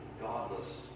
godless